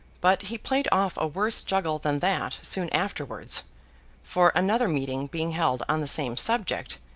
but he played off a worse juggle than that, soon afterwards for, another meeting being held on the same subject,